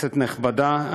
כנסת נכבדה,